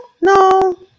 no